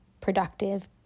productive